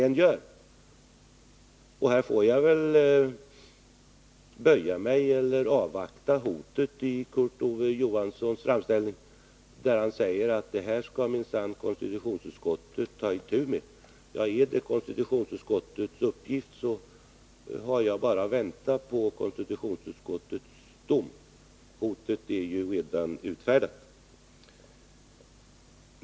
Jag får väl avvakta inför hotet i Kurt Ove Johanssons framställning, där han säger att det här skall minsann konstitutionsutskottet ta itu med. Ja, är det konstitutionsutskottets uppgift så har jag bara att vänta på konstitutionsutskottets dom. Hotet är ju redan uttalat.